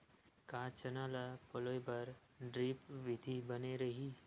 का चना ल पलोय बर ड्रिप विधी बने रही?